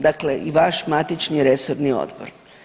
Dakle, i vaš matični resorni odbor.